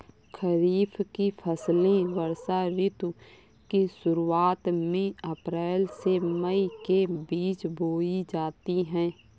खरीफ की फसलें वर्षा ऋतु की शुरुआत में अप्रैल से मई के बीच बोई जाती हैं